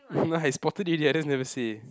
no lah I spotted it already I just never say